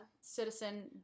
citizen